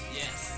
yes